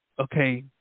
Okay